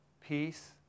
peace